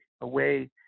away